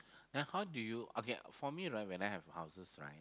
ya how do you for me right when I have houses right